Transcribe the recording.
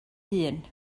hun